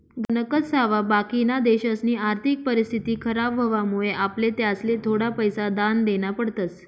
गणकच सावा बाकिना देशसनी आर्थिक परिस्थिती खराब व्हवामुळे आपले त्यासले थोडा पैसा दान देना पडतस